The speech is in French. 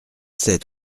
sept